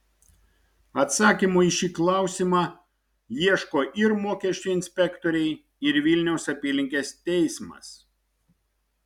atsakymo į šį klausią ieško ir mokesčių inspektoriai ir vilniaus apylinkės teismas